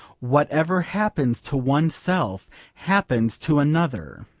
whatever happens to oneself happens to another